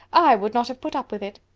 i would not have put up with it.